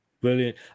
Brilliant